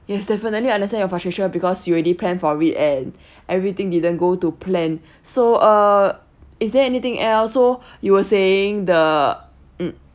yes definitely I understand your frustration because you already plan for weekend everything didn't go to plan so uh is there anything else so you were saying the mm